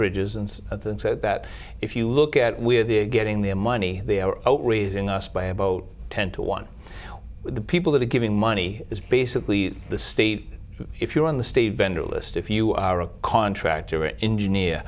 bridges and of them so that if you look at where they're getting their money they are outraising us by about ten to one the people that are giving money is basically the state if you're on the state vendor list if you are a contractor or engineer